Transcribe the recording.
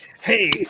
Hey